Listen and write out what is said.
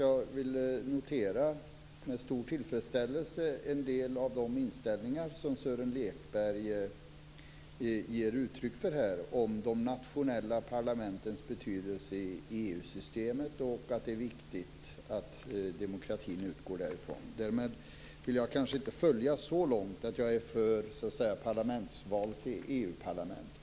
Jag noterar med stor tillfredsställelse en del av de inställningar som Sören Lekberg ger uttryck för här om de nationella parlamentens betydelse i EU systemet och att det är viktigt att demokratin utgår därifrån. Jag vill kanske inte följa med så långt som att vara för parlamentsval till EU-parlamentet.